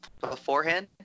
beforehand